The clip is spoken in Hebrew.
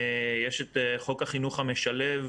יש את חוק החינוך המשלב,